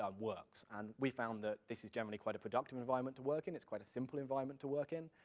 ah works, and we found that this is generally quite a productive environment to work in, it's quite a simple environment to work in,